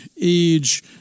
age